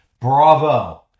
Bravo